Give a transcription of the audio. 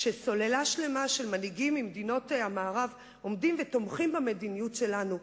כשסוללה שלמה של מנהיגים ממדינות המערב עומדים ותומכים במדיניות שלנו.